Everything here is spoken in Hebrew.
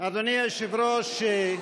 אדוני היושב-ראש,